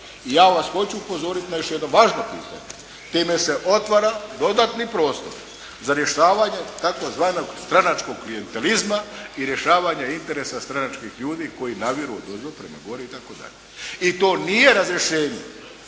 I ja vas hoću upozoriti na još jedno pitanje. Time se otvara dodatni prostor za rješavanje tzv. stranačkog klijentalizma i rješavanja interesa stranačkih ljudi koji naviru odozdo prema gore itd. I to nije razrješenje.